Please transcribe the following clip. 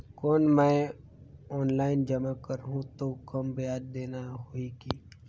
कौन मैं ऑफलाइन जमा करहूं तो कम ब्याज देना होही की?